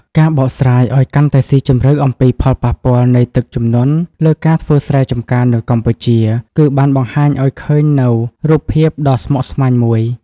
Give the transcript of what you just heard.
ការបកស្រាយឱ្យកាន់តែស៊ីជម្រៅអំពីផលប៉ះពាល់នៃទឹកជំនន់លើការធ្វើស្រែចម្ការនៅកម្ពុជា គឺបានបង្ហាញឱ្យឃើញនូវរូបភាពដ៏ស្មុគស្មាញមួយ។